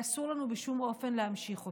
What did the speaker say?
ואסור לנו בשום אופן להמשיך אותו.